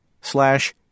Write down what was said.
slash